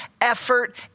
effort